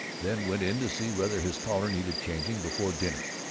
then went in to see whether his collar needed changing before dinner.